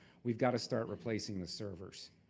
we've gotta start replacing the servers.